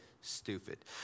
stupid